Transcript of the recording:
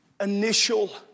initial